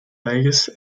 vegas